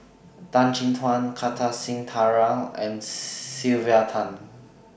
Tan Chin Tuan Kartar Singh Thakral and Sylvia Tan